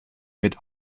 mit